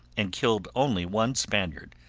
and killed only one spaniard,